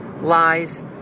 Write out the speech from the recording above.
lies